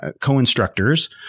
co-instructors